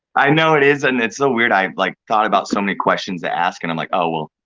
i know it is and it's so weird i like thought about so many questions to ask and i'm like, oh,